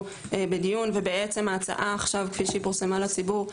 בדיון ובעצם ההצעה עכשיו כפי שהיא פורסמה לציבור,